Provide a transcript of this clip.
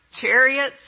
chariots